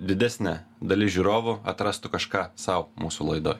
didesnė dalis žiūrovų atrastų kažką sau mūsų laidoj